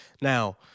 Now